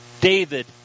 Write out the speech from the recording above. David